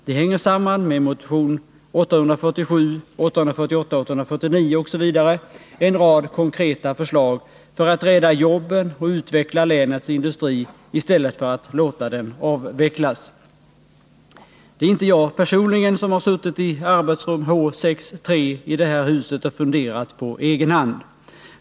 De hänger samman med motionerna 847, 848, 849 — en rad konkreta förslag för att rädda jobben och utveckla länets industri i stället för att låta den avvecklas. Det är inte jag personligen som har suttit i arbetsrum H 6:3 i det här huset och funderat på egen hand.